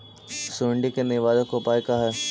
सुंडी के निवारक उपाय का हई?